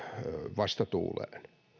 vastatuuleen